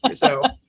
but so.